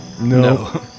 No